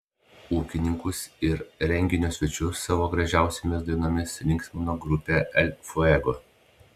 ūkininkus ir renginio svečius savo gražiausiomis dainomis linksmino grupė el fuego